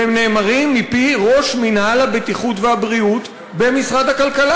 והם נאמרים מפי ראש מינהל הבטיחות והבריאות במשרד הכלכלה.